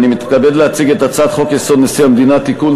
אני מתכבד להציג את הצעת חוק-יסוד: נשיא המדינה (תיקון,